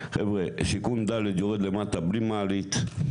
חבר'ה שיכון ד' יורד למטה בלי מעלית,